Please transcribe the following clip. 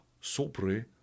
sobre